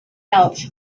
else